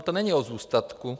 To není o zůstatku.